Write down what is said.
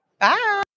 Bye